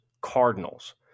Cardinals